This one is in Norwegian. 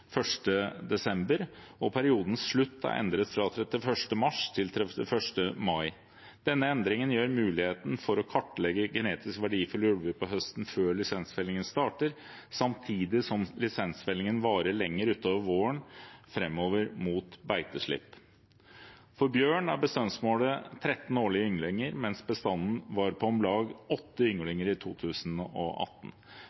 1. desember, og periodens slutt er endret fra 31. mars til 31. mai. Denne endringen gir mulighet for å kartlegge genetisk verdifulle ulver på høsten, før lisensfellingen starter, samtidig som lisensfellingen varer lenger utover våren framover mot beiteslipp. For bjørn er bestandsmålet 13 årlige ynglinger, mens bestanden var på om lag